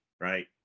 right